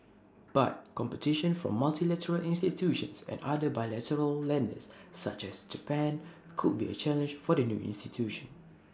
but competition from multilateral institutions and other bilateral lenders such as Japan could be A challenge for the new institution